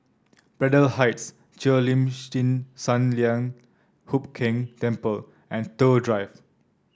Braddell Heights Cheo Lim Chin Sun Lian Hup Keng Temple and Toh Drive